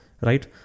right